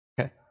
Okay